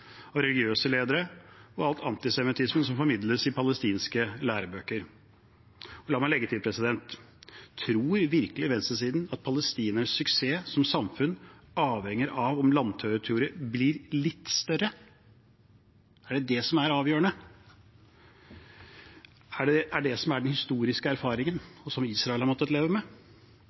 religiøse ledere, og all antisemittisme som formidles i palestinske lærebøker. La meg legge til: Tror virkelig venstresiden at Palestinas suksess som samfunn avhenger av at landterritoriet blir litt større? Er det det som er det avgjørende? Er det den historiske erfaringen, og som Israel har måttet leve med?